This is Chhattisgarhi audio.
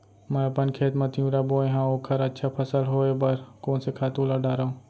मैं अपन खेत मा तिंवरा बोये हव ओखर अच्छा फसल होये बर कोन से खातू ला डारव?